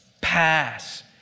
Pass